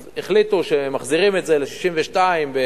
אז החליטו שמחזירים את זה ל-62 בחוק,